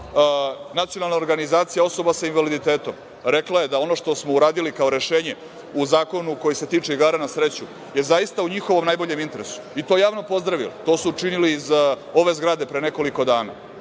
Nacionalne organizacije osoba sa invaliditetom. Rekla je da ono što smo uradili, kao rešenje u zakonu koji se tiče igara na sreću, je zaista u njihovom interesu i to javno pozdravili. To su učinili iz ove zgrade pre nekoliko dana. Što